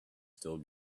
still